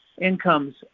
incomes